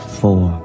four